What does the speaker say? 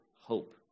hope